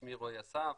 שמי רועי אסף,